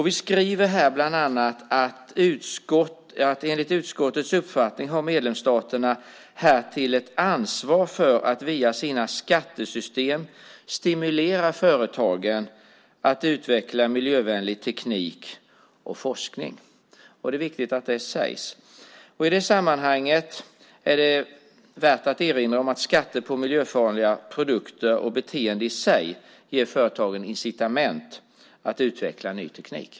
Vi skriver här bland annat att enligt utskottets uppfattning har medlemsstaterna härtill ett ansvar för att via sina skattesystem stimulera företagen att utveckla miljövänlig teknik och forskning. Det är viktigt att det sägs. I det sammanhanget är det värt att erinra om att skatter på miljöfarliga produkter och beteenden i sig ger företagen incitament att utveckla ny teknik.